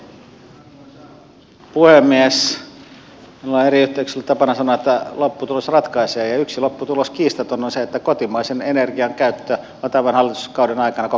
minulla on eri yhteyksissä ollut tapana sanoa että lopputulos ratkaisee ja yksi kiistaton lopputulos on se että kotimaisen energian käyttö on tämän hallituskauden aikana koko ajan lisääntynyt